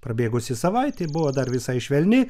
prabėgusi savaitė buvo dar visai švelni